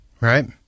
right